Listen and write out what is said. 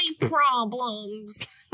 problems